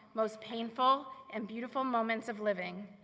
most painful and beautiful moments of living,